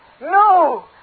No